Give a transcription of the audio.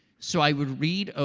so i would read,